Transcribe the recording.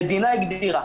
המדינה הגדירה.